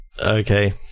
Okay